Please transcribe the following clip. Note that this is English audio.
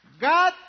God